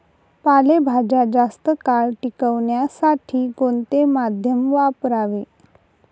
पालेभाज्या जास्त काळ टिकवण्यासाठी कोणते माध्यम वापरावे?